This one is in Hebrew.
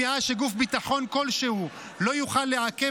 וקביעה שגוף ביטחון כלשהו לא יוכל לעכב